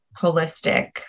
holistic